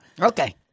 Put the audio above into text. Okay